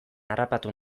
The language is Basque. harrapatu